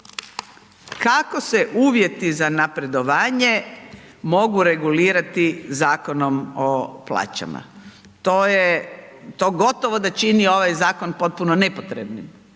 Kako se uvjeti za napredovanje mogu regulirati Zakonom o plaćama? To je, to gotovo da čini ovaj zakon potpuno nepotrebnim,